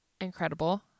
Incredible